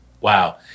Wow